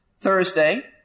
Thursday